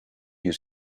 you